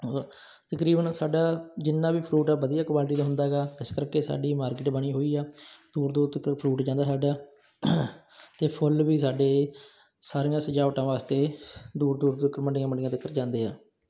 ਤਕਰੀਬਨ ਸਾਡਾ ਜਿੰਨਾ ਵੀ ਫਰੂਟ ਆ ਵਧੀਆ ਕੁਆਲਿਟੀ ਦਾ ਹੁੰਦਾ ਹੈਗਾ ਇਸ ਕਰਕੇ ਸਾਡੀ ਮਾਰਕੀਟ ਬਣੀ ਹੋਈ ਆ ਦੂਰ ਦੂਰ ਤੱਕ ਫਰੂਟ ਜਾਂਦਾ ਸਾਡਾ ਅਤੇ ਫੁੱਲ ਵੀ ਸਾਡੇ ਸਾਰੀਆਂ ਸਜਾਵਟਾਂ ਵਾਸਤੇ ਦੂਰ ਦੂਰ ਤੱਕ ਮੰਡੀਆਂ ਮੰਡੀਆਂ ਤੱਕ ਜਾਂਦੇ ਆ